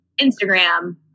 Instagram